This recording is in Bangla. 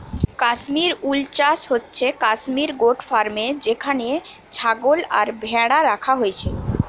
কাশ্মীর উল চাষ হচ্ছে কাশ্মীর গোট ফার্মে যেখানে ছাগল আর ভ্যাড়া রাখা হইছে